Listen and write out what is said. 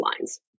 lines